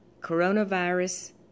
coronavirus